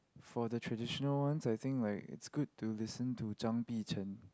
for the traditional ones I think like it's good to listen to Zhang-Bi-Chen